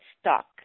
stuck